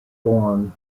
born